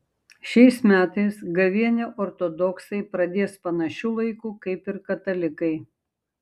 šiais metais gavėnią ortodoksai pradės panašiu laiku kaip ir katalikai